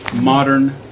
modern